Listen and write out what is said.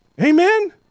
Amen